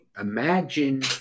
imagine